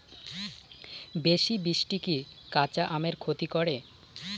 বেশি বৃষ্টি কি কাঁচা আমের ক্ষতি করে?